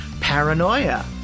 paranoia